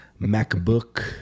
MacBook